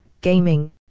gaming